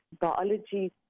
biology